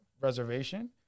reservation